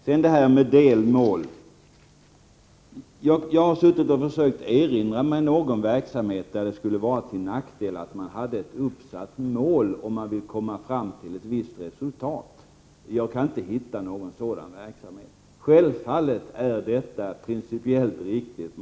När det gäller detta med delmål har jag försökt erinra mig någon verksamhet där det skulle vara till nackdel att man hade ett uppsatt mål, om man vill komma fram till ett visst resultat. Jag kan inte hitta någon sådan verksamhet. Självfallet är det principiellt riktigt att ha ett mål.